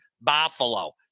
buffalo